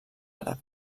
àrab